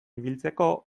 ibiltzeko